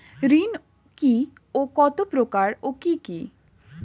ঋণ কি ও কত প্রকার ও কি কি?